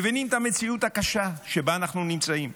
מבינים את המציאות הקשה שבה אנחנו נמצאים.